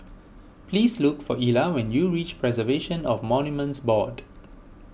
please look for Ela when you reach Preservation of Monuments Board